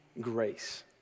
grace